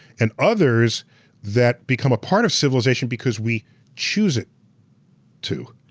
and others that become a part of civilization because we choose it to.